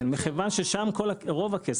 מכיוון ששם רוב הכסף.